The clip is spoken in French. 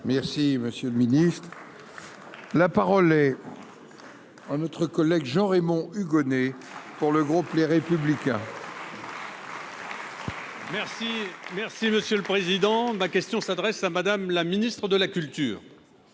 merci, merci. Le ministre, la parole est à notre collègue Jean-Raymond Hugonet pour le groupe Les Républicains. Merci, merci, monsieur le président, ma question s'adresse à Madame la Ministre de la culture